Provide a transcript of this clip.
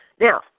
Now